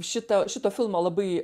šitą šito filmo labai